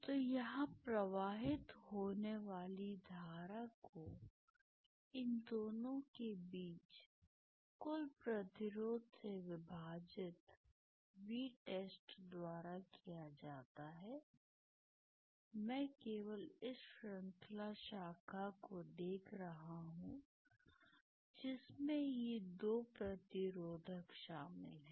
तो यहां प्रवाहित होने वाली धारा को इन दोनों के बीच कुल प्रतिरोध से विभाजित Vtest द्वारा दिया जाता है मैं केवल इस श्रृंखला शाखा को देख रहा हूं जिसमें ये दो प्रतिरोधक शामिल हैं